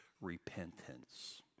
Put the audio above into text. repentance